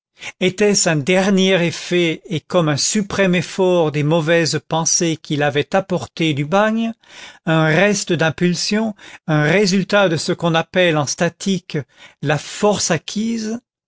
était-ce un dernier effet et comme un suprême effort des mauvaises pensées qu'il avait apportées du bagne un reste d'impulsion un résultat de ce qu'on appelle en statique la force acquise